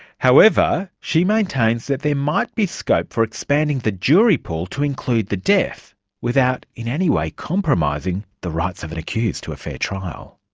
however, she maintains that there might be scope for expanding the jury pool to include the deaf without in any way compromising the rights of an accused to a fair trial.